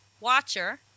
Watcher